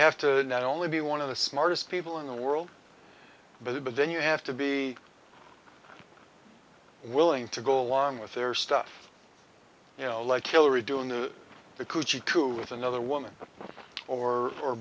have to not only be one of the smartest people in the world but it but then you have to be willing to go along with their stuff you know like hillary doing the the kuchi to with another woman or for